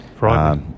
Right